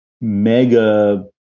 mega